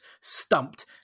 stumped